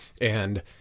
And-